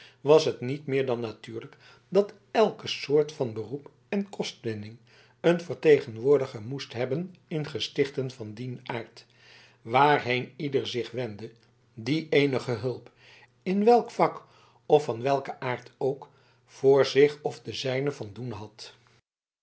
was het niet meer dan natuurlijk dat elke soort van beroep en kostwinning een vertegenwoordiger moest hebben in gestichten van dien aard waarheen ieder zich wendde die eenige hulp in welk vak of van welken aard ook voor zich of voor de zijnen van doen had